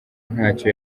ntacyo